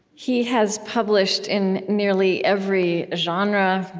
he has published in nearly every genre.